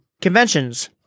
conventions